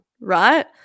right